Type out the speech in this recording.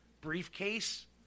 briefcase